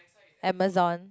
Amazon